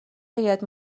هیات